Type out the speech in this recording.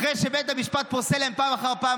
אחרי שבית המשפט פוסל להם פעם אחר פעם?